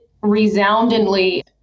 resoundingly